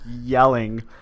yelling